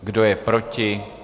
Kdo je proti?